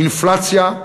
אינפלציה,